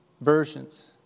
versions